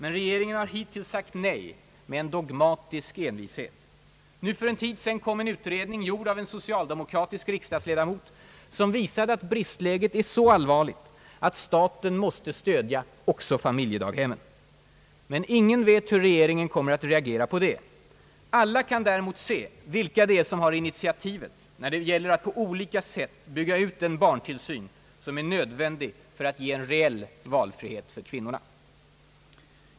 — Men regeringen har hittills sagt nej med dogmatisk envishet. Nu för en tid sedan kom en utredning, gjord av en socialdemokratisk riksdagsledamot, som visade att bristläget är så allvarligt att staten måste stödja också familjedaghemmen. Men ingen vet hur regeringen kommer att reagera på det. Alla kan däremot se vilka det är som har initiativet när det gäller att på olika sätt bygga upp den barntillsyn som är nödvändig för att ge en reell valfrihet för kvinnorna.